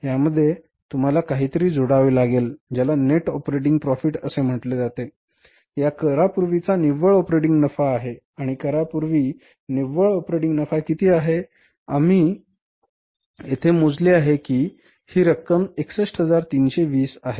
यामध्ये तुम्हाला काहीतरी जोडावे लागेल ज्याला नेट ऑपरेटिंग प्रॉफिट असे म्हटले जाते हा करापूर्वीचा निव्वळ ऑपरेटिंग नफा आहे आणि करापूर्वी निव्वळ ऑपरेटिंग नफा किती आहे आम्ही येथे मोजले आहे की ही रक्कम 61320 आहे